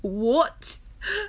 what